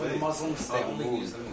Muslims